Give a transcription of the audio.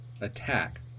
attack